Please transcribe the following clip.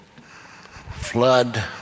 Flood